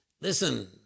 Listen